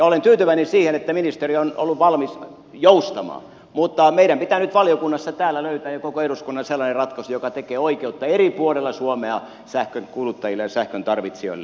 olen tyytyväinen siihen että ministeriö on ollut valmis joustamaan mutta meidän pitää nyt valiokunnassa täällä löytää ja koko eduskunnan sellainen ratkaisu joka tekee oikeutta eri puolilla suomea sähkön kuluttajille ja sähkön tarvitsijoille